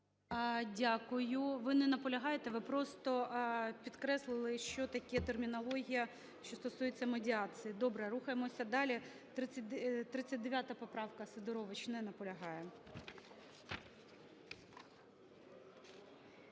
Дякую. Ви не наполягаєте, ви просто підкреслили, що таке термінологія, що стосується медіації. Добре. Рухаємося далі. 39 поправка, Сидорович. Не наполягає.